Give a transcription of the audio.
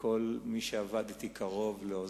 לכל מי שעבד אתי קרוב, לעוזרי,